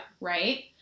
Right